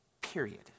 Period